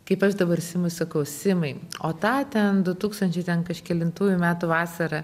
kaip aš dabar simui sakau simai o tą ten du tūkstančiai ten kažkelintųjų metų vasarą